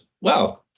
wow